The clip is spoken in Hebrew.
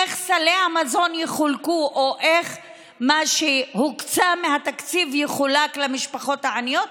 איך סלי המזון יחולקו או איך מה שהוקצה מהתקציב יחולק למשפחות העניות,